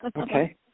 Okay